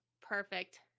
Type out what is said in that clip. Perfect